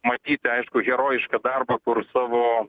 matyti aiškų herojišką darbą kur savo